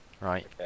Right